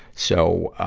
so, ah,